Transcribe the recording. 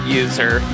user